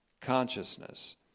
consciousness